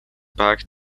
back